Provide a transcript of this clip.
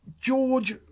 George